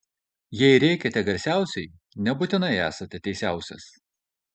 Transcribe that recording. jei rėkiate garsiausiai nebūtinai esate teisiausias